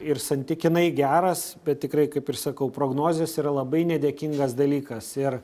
ir santykinai geras bet tikrai kaip ir sakau prognozės yra labai nedėkingas dalykas ir